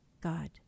God